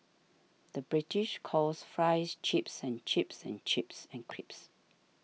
the British calls Fries Chips and chips and chips and crisps